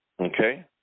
Okay